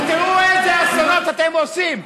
ותראו איזה אסונות אתם עושים: